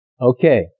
Okay